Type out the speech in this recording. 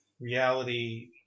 reality